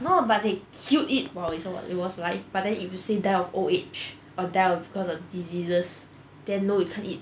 no but they still eat while what it was live but then if you say die of old age or die of cause of diseases then no you can't eat